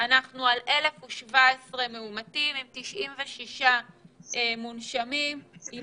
אנחנו על 1,017 מאומתים, עם 96 מונשמים, עם